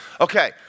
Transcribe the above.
Okay